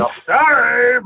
sorry